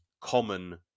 common